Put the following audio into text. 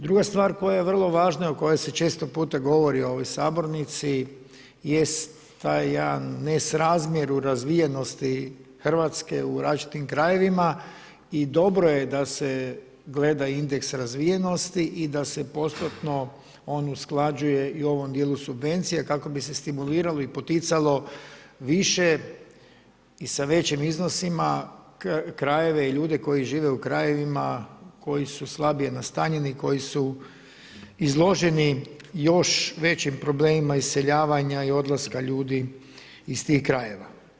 Druga stvar koja je vrlo važna i koja se često puta govori u ovoj sabornici jest taj jedan nesrazmjer u razvijenosti Hrvatske u različitim krajevima i dobro je da se gleda indeks razvijenosti i da se postotno on usklađuje i u ovom dijelu subvencija kako bi se stimuliralo i poticalo više i sa većim iznosima krajeve i ljude koji žive u krajevima koji su slabije nastanjeni, koji su izloženi još većim problemima iseljavanja i odlaska ljudi iz tih krajeva.